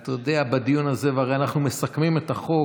אתה יודע, בדיון הזה, והרי אנחנו מסכמים את החוק.